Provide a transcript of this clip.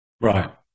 Right